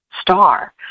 star